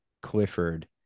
Clifford